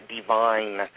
divine